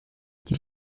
die